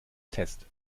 test